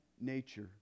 nature